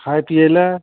खाइ पिएलए